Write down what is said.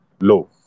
low